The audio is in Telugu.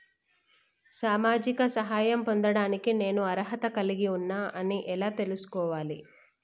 సామాజిక సహాయం పొందడానికి నేను అర్హత కలిగి ఉన్న అని ఎలా తెలుసుకోవాలి?